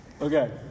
Okay